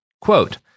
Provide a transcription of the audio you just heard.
Quote